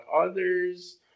others